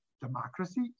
democracy